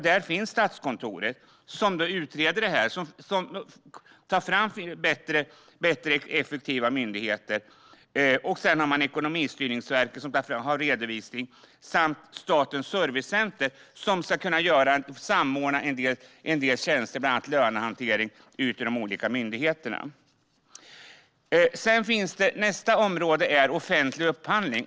Där finns Statskontoret som utreder och tar fram effektivare myndigheter. Även Ekonomistyrningsverket, som ansvarar för redovisning, ligger här liksom Statens servicecenter, som samordnar vissa tjänster såsom lönehantering för olika myndigheter. Nästa område är offentlig upphandling.